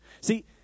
See